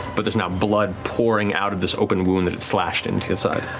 but there's now blood pouring out of this open wound that it slashed into your side.